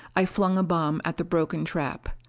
i flung a bomb at the broken trap.